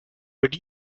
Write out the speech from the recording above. would